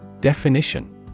Definition